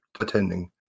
attending